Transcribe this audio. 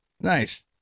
Nice